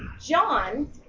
John